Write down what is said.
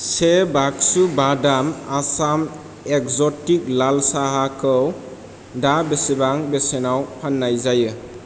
से बाक्सु बादाम आसाम एग्ज'टिक लाल साहाखौ दा बेसेबां बेसेनाव फाननाय जायो